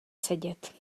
sedět